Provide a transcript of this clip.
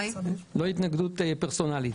לא התנגדות פרסונלית.